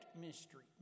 mystery